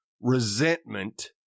resentment